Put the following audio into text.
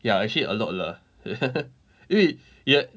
ya actually a lot lah 因为 ya